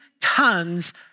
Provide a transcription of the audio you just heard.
tons